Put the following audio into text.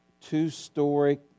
two-story